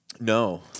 No